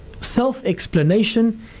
Self-explanation